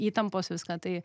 įtampos viską tai